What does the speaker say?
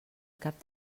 cap